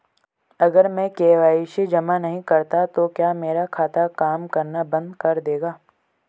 अगर मैं के.वाई.सी जमा नहीं करता तो क्या मेरा खाता काम करना बंद कर देगा?